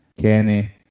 Kenny